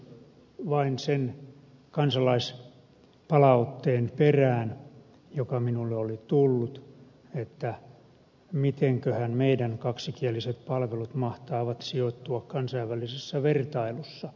kysyin vain sen kansalaispalautteen perään joka minulle oli tullut mitenköhän meidän kaksikieliset palvelumme mahtavat sijoittua kansainvälisessä vertailussa